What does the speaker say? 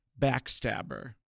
Backstabber